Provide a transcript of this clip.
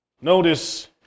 Notice